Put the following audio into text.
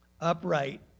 upright